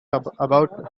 about